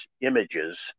images